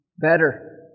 Better